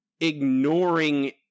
ignoring